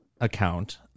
account